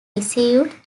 received